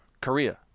Korea